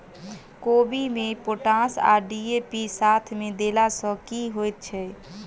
कोबी मे पोटाश आ डी.ए.पी साथ मे देला सऽ की होइ छै?